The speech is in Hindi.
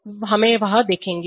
हमें वह देखेंगे